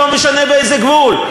לא משנה באיזה גבול.